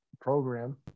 program